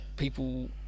people